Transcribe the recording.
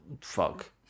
fuck